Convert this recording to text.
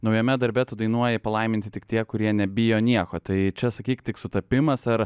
naujame darbe tu dainuoji palaiminti tik tie kurie nebijo nieko tai čia sakyk tik sutapimas ar